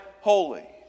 holy